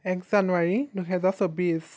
এক জানুৱাৰী দুহেজাৰ চৌবিছ